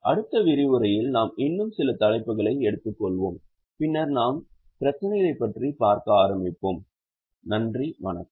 அடுத்த விரிவுரையில் நாம் இன்னும் சில தலைப்புகளை எடுத்துக்கொள்வோம் பின்னர் நாம் பிரச்சினைகளைப் பற்றி பார்க்க ஆரம்பிப்போம் வணக்கம்